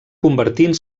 convertint